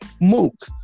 Mook